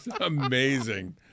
amazing